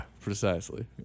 precisely